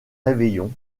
réveillon